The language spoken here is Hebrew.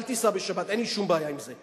אל תיסע בשבת, אין לי שום בעיה עם זה.